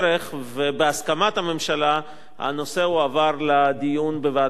ובהסכמת הממשלה הנושא הועבר לדיון בוועדת החינוך,